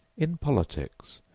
in politics,